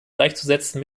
gleichzusetzen